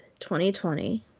2020